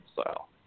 style